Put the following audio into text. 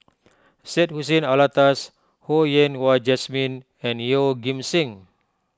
Syed Hussein Alatas Ho Yen Wah Jesmine and Yeoh Ghim Seng